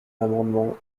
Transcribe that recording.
l’amendement